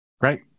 Right